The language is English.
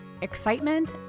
excitement